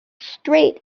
straight